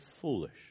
foolish